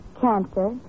Cancer